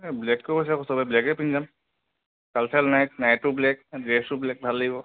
এ black কৰিব দিছে চবে ব্লেকেই পিন্ধি যাম কালচাৰেল নাইট নাইটো ব্লেক ড্ৰেছো ব্লেক ভাল লাগিব